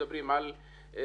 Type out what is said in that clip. מדברים על רחמה,